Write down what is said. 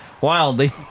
Wildly